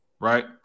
right